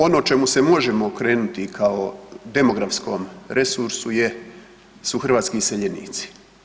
Ono čemu se možemo okrenuti i kao demografskom resursu su hrvatski iseljenici.